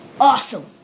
awesome